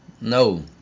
No